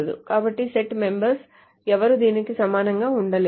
కాబట్టి set members ఎవరూ దీనికి సమానంగా ఉండలేరు